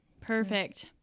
perfect